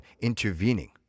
intervening